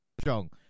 strong